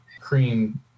cream